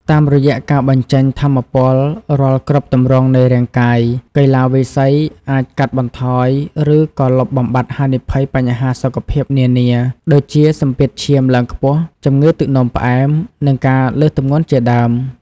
តាមរយៈការបញ្ចេញថាមពលរាល់គ្រប់ទម្រង់នៃរាងកាយ កីឡាវាយសីអាចកាត់បន្ថយ ឬក៏លុបបំបាត់ហានិភ័យបញ្ហាសុខភាពនានា ដូចជាសម្ពាធឈាមឡើងខ្ពស់ ជំងឺទឹកនោមផ្អែម និងការលើសទម្ងន់ជាដើម។